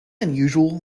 unusual